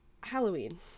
halloween